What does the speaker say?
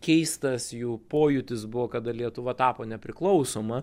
keistas jų pojūtis buvo kada lietuva tapo nepriklausoma